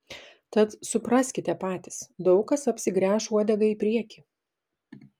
tad supraskite patys daug kas apsigręš uodega į priekį